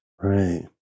Right